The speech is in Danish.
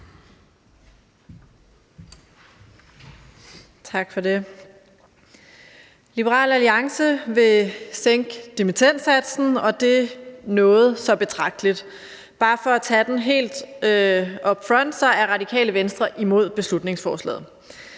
Liberal Alliance vil sænke dimittendsatsen, og det noget så betragteligt. Bare for at tage den helt upfront er Radikale Venstre imod beslutningsforslaget.